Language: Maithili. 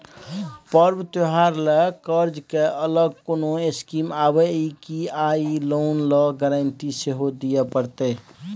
पर्व त्योहार ल कर्ज के अलग कोनो स्कीम आबै इ की आ इ लोन ल गारंटी सेहो दिए परतै?